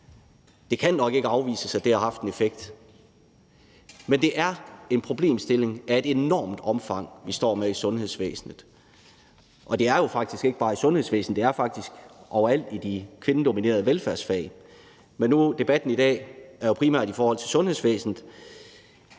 her i Folketinget, har haft en effekt. Men det er en problemstilling af et enormt omfang, vi står med i sundhedsvæsenet. Og det er jo faktisk ikke bare i sundhedsvæsenet; det er faktisk overalt i de kvindedominerede velfærdsfag, men debatten i dag er primært i forhold til sundhedsvæsenet.